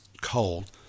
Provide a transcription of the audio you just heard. cold